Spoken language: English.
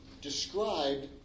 described